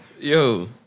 Yo